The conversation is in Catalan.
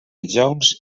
joncs